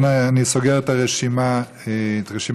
אני סוגר את רשימת הדוברים.